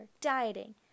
dieting